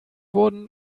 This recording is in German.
wurden